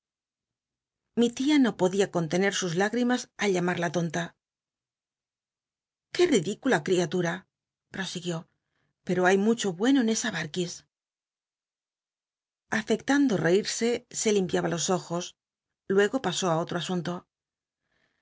mi tia no podia contener sus l igrimas al llamarla tonta i qué ridícula cl'iatma prosiguió pero hay mucho bueno en esa dad afectando reirse se limpiaba los ojos luego pasó ü otro asunto